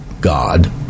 God